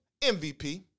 MVP